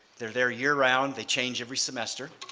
they're there year round, they change every semester.